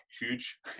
huge